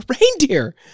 reindeer